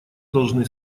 должны